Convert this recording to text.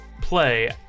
play